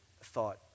thought